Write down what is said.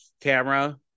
camera